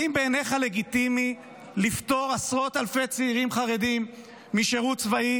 האם לגיטימי בעיניך לפטור עשרות אלפי צעירים חרדים משירות צבאי,